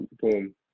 Boom